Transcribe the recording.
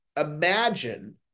imagine